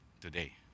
today